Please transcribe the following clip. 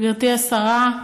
גברתי השרה,